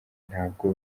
ntabwo